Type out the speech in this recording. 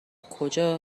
کجا